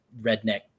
redneck